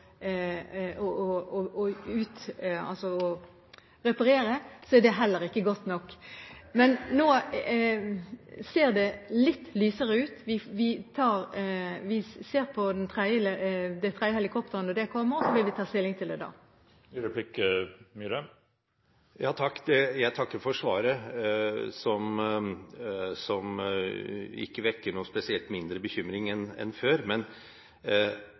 reparere, er det ikke godt nok. Men nå ser det litt lysere ut. Vi ser på det tredje helikopteret når det kommer, og så vil vi ta stilling til det da. Jeg takker for svaret, som ikke vekker noe spesielt mindre bekymring enn før. Men